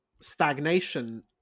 stagnation